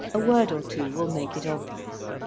a word or two will make it obvious.